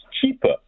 cheaper